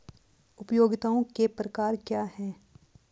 उपयोगिताओं के प्रकार क्या हैं?